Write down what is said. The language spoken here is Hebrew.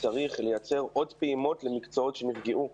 צריך לייצר עוד פעימות למקצועות שנפגעו,